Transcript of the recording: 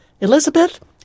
Elizabeth